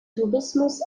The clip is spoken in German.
tourismus